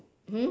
mmhmm